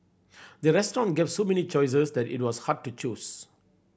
the restaurant gave so many choices that it was hard to choose